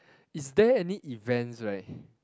is there any events right